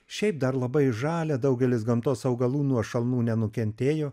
šiaip dar labai žalia daugelis gamtos augalų nuo šalnų nenukentėjo